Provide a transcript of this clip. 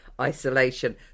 isolation